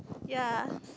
ya